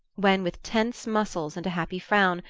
when, with tense muscles and happy frown,